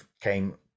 came